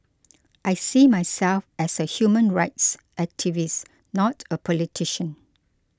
I see myself as a human rights activist not a politician